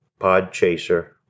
PodChaser